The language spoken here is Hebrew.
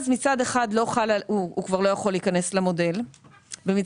מצד אחד הוא כבר לא יכול להיכנס למודל ומצד